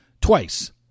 twice